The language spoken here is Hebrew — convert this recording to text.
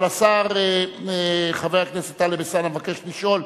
אבל חבר הכנסת טלב אלסאנע מבקש לשאול